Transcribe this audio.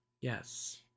Yes